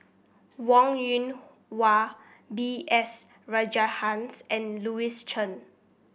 Wong Yoon Wah B S Rajhans and Louis Chen